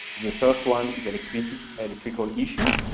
the first one is electrical electrical issue,